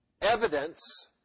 evidence